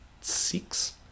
six